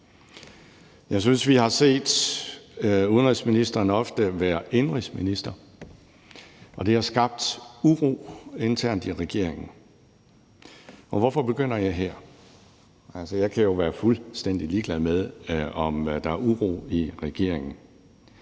Jeg synes, vi har set udenrigsministeren ofte være indenrigsminister, og det har skabt uro internt i regeringen. Hvorfor begynder jeg her? Jeg kan jo være fuldstændig ligeglad med, om der er uro i regeringen.